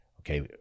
Okay